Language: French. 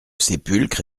sépulcre